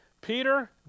peter